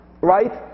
right